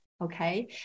okay